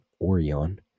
Orion